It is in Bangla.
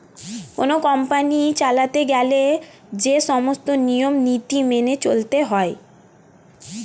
কোন কোম্পানি চালাতে গেলে যে সমস্ত নিয়ম নীতি মেনে চলতে হয়